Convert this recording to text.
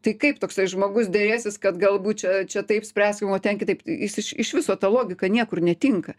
tai kaip toksai žmogus derėsis kad galbūt čia čia taip spręskim o ten kitaip jis iš iš viso ta logika niekur netinka